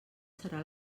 serà